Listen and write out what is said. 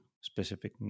specific